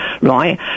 Right